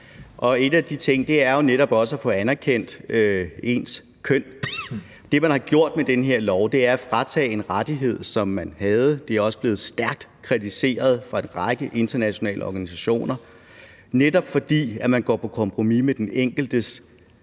og en af de ting er jo netop også at få anerkendt ens køn. Det, som man har gjort med den her lov, er at fratage nogen en rettighed, som de havde. Det er også blevet stærkt kritiseret af en række internationale organisationer, netop fordi man går på kompromis med den enkeltes